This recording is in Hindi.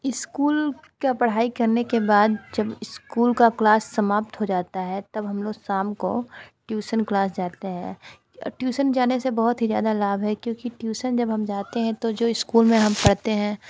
स्कूल का पढ़ाई करने के बाद जब स्कूल का क्लास समाप्त हो जाता है तब हम लोग शाम को ट्यूशन क्लास जाते हैं ट्यूशन जाने से बहुत ही ज़्यादा लाभ है क्योंकि ट्यूशन जब हम जाते हैं तो जो स्कूल में हम पढ़ते हैं